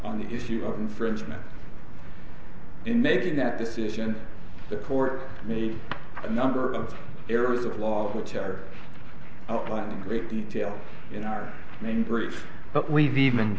on the issue of infringement in making that decision the court made a number of errors of law which are outlined in great detail in our main brief but we've even